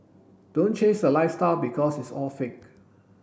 don't chase the lifestyle because it's all fake